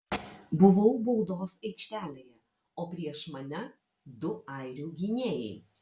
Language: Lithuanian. buvau baudos aikštelėje o prieš mane du airių gynėjai